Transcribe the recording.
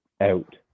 Out